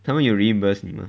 他们有 reimburse 你吗